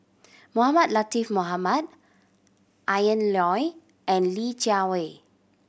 Mohamed Latiff Mohamed Ian Loy and Li Jiawei